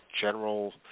general